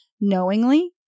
knowingly